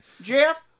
Jeff